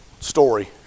story